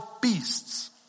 beasts